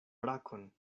brakon